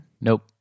Nope